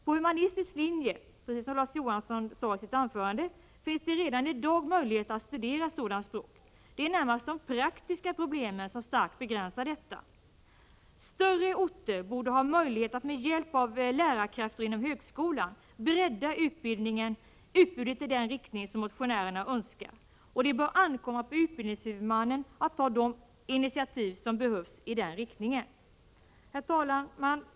På humanistisk linje finns det — precis som Larz Johansson sade i sitt anförande — redan i dag möjligheter att studera sådant språk. Det är närmast de praktiska problemen som starkt begränsar dessa möjligheter. Större orter borde ha möjlighet att med hjälp av lärarkrafter inom högskolan bredda utbudet i den riktning som motionären önskar, och det bör ankomma på utbildningshuvudmannen att ta de initiativ som behövs i detta sammanhang. Herr talman!